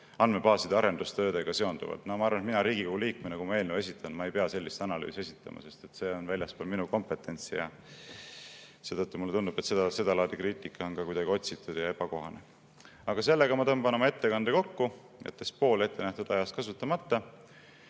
andmebaaside arendustöödega seonduvalt. No ma arvan, et mina Riigikogu liikmena, kui ma eelnõu esitan, ei pea sellist analüüsi esitama, sest see on väljaspool minu kompetentsi. Seetõttu mulle tundub, et sedalaadi kriitika on kuidagi otsitud ja ebakohane. Aga sellega ma tõmban oma ettekande kokku, jättes pool ettenähtud ajast kasutamata.